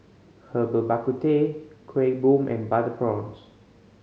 Herbal Bak Ku Teh Kuih Bom and butter prawns